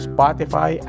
Spotify